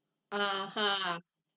(uh huh)